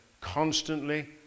constantly